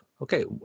okay